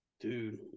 Dude